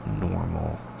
normal